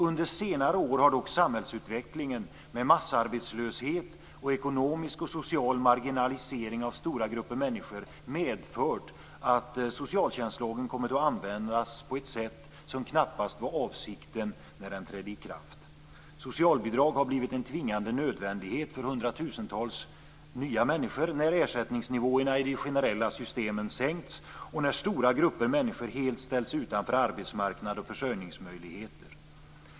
Under senare år har dock samhällsutvecklingen med massarbetslöshet och ekonomisk och social marginalisering av stora grupper människor medfört att socialtjänstlagen har kommit att användas på ett sätt som knappast var avsikten när den trädde i kraft. Socialbidrag har blivit en tvingande nödvändighet för hundratusentals människor när ersättningsnivåerna i de generella systemen sänkts och när stora grupper människor helt ställts utanför arbetsmarknad och försörjningsmöjligheter.